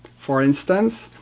for instance,